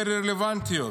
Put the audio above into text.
היעדר רלוונטיות,